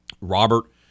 Robert